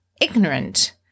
ignorant